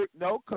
No